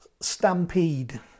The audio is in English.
stampede